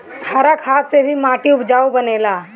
हरा खाद से भी माटी उपजाऊ बनेला